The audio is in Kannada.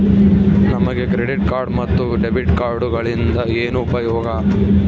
ನಮಗೆ ಕ್ರೆಡಿಟ್ ಕಾರ್ಡ್ ಮತ್ತು ಡೆಬಿಟ್ ಕಾರ್ಡುಗಳಿಂದ ಏನು ಉಪಯೋಗ?